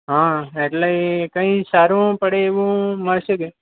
હં એટલે કંઈ સારું પડે એવું મળશે કે